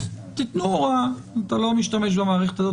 תתנו הוראה: אתה לא משתמש במערכת הזאת,